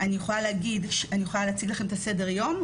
אני יכולה להציג לכם את סדר היום,